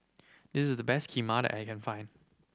this is the best Kheema that I can find